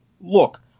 Look